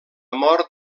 mort